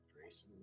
Grace